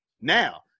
Now